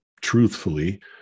truthfully